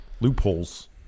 Loopholes